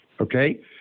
Okay